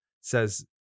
says